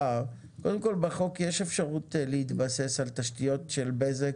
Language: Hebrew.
קודם כול, בחוק יש אפשרות להתבסס על תשתיות של בזק